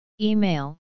Email